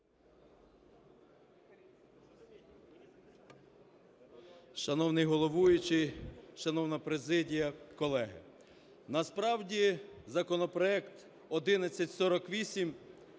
Шановний головуючий, шановна президія, колеги! Насправді законопроект 1148